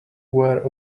where